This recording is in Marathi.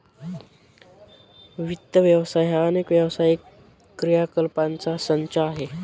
वित्त व्यवसाय हा अनेक व्यावसायिक क्रियाकलापांचा संच आहे